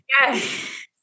yes